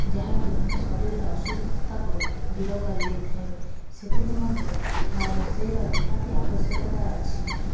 ଯାହାକି ଆମ ଶରୀର ଅସୁସ୍ଥତାକୁ ଦୂର କରି ଦେଇଥାଏ ସେଥି ନିମନ୍ତେ ଖା ରୋଷେଇର ନିହାତି ଆବଶ୍ୟକତା ଅଛି